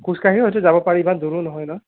খোজকাঢ়ি হয়তো যাব পাৰি ইমান দূৰো নহয় ন'